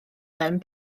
mewn